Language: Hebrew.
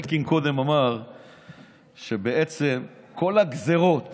אלקין קודם אמר שבעצם כל הגזרות